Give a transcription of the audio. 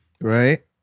Right